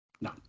No